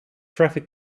traffic